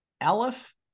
Aleph